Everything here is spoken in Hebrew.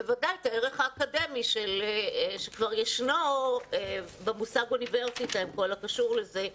בוודאי יש גם את הערך האקדמי שישנו במושג אוניברסיטה עם כל הקשור לזה.